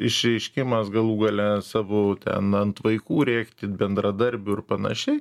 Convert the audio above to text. išreiškimas galų gale ant savo ten ant vaikų rėkti bendradarbių ir panašiai